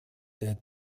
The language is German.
der